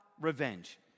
revenge